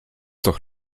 doch